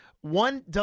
One